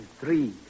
Three